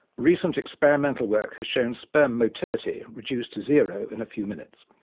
recent experimental work has shown sperm motility reduced to zero in a few minutes.